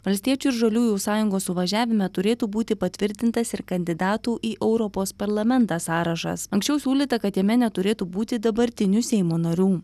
valstiečių ir žaliųjų sąjungos suvažiavime turėtų būti patvirtintas ir kandidatų į europos parlamentą sąrašas anksčiau siūlyta kad jame neturėtų būti dabartinių seimo narių